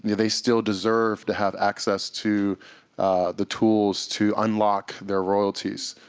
yeah they still deserve to have access to the tools to unlock their royalties.